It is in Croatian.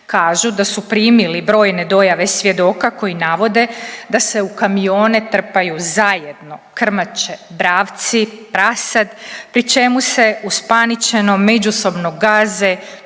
Kažu da su primili brojne dojave svjedoka koji navode da se u kamione trpaju zajedno krmače, bravci, prasad pri čemu se uspaničeno međusobno gaze,